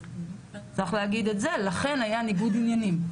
אז צריך להגיד את זה, לכן היה ניגוד עניינים.